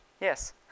Yes